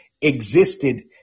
existed